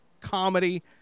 comedy